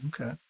Okay